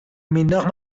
مینداخت